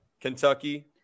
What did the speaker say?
Kentucky